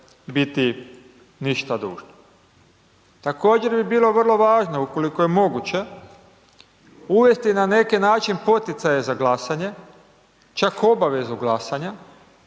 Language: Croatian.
biti ništa dužni. Također bi bilo vrlo važno ukoliko je moguće uvesti na neki način poticaje za glasanje, čak obavezu glasanja.